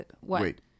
wait